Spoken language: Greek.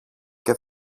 και